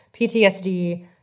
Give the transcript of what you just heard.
PTSD